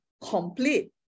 complete